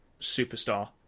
superstar